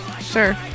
Sure